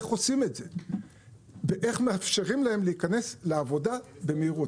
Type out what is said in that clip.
איך עושים את זה ואיך מאפשרים להם להיכנס לעבודה במהירות.